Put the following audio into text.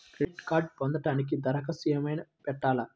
Credit కార్డ్ను పొందటానికి దరఖాస్తు ఏమయినా పెట్టాలా?